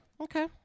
Okay